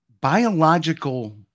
Biological